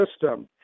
system